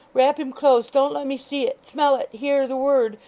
wrap him close don't let me see it smell it hear the word.